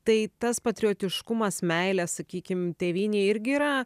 tai tas patriotiškumas meilė sakykim tėvynei irgi yra